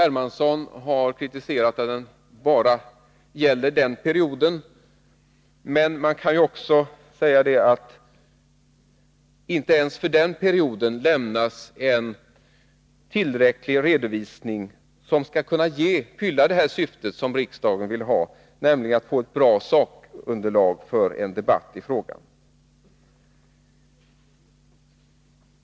Hermansson har kritiserat att den bara gäller denna period, men inte ens för den här tiden lämnas en tillräcklig redovisning som tillmötesgår riksdagens önskemål att få ett bra sakunderlag för en debatt i frågan.